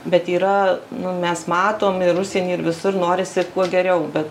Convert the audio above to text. bet yra nu mes matom ir užsieny ir visur norisi kuo geriau bet